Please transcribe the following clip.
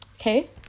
okay